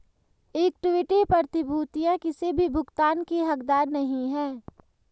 equity प्रतिभूतियां किसी भी भुगतान की हकदार नहीं हैं